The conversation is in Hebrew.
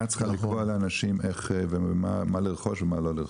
צריכה לקבוע לאנשים איך ומה לרכוש ומה לא לרכוש,